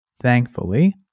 Thankfully